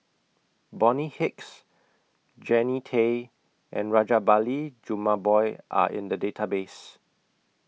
Bonny Hicks Jannie Tay and Rajabali Jumabhoy Are in The Database